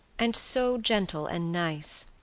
and so gentle and nice.